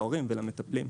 להורים ולמטפלים.